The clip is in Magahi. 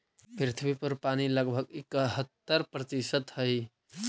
पृथ्वी पर पानी लगभग इकहत्तर प्रतिशत हई